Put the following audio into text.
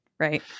Right